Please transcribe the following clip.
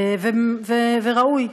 וראוי,